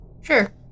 sure